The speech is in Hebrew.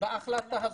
לפי ההחלטה הזאת.